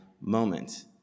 moment